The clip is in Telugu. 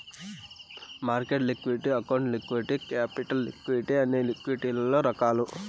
market liquidity account liquidity capital liquidity అనేవి లిక్విడిటీలలో రకాలు